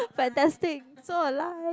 fantastic so alive